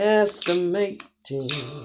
estimating